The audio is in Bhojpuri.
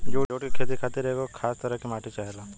जुट के खेती खातिर एगो खास तरह के माटी चाहेला